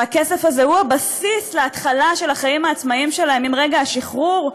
והכסף הזה הוא הבסיס להתחלה של החיים העצמאיים שלהם עם רגע השחרור,